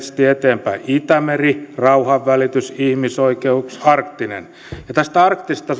eteenpäin itämeri rauhanvälitys ihmisoikeudet arktinen tästä arktisesta